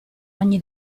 ogni